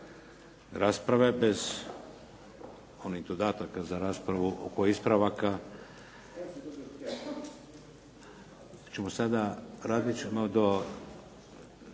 rasprave bez onih dodataka za raspravu oko ispravaka.